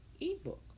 ebook